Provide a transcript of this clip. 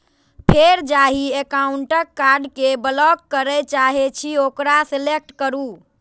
फेर जाहि एकाउंटक कार्ड कें ब्लॉक करय चाहे छी ओकरा सेलेक्ट करू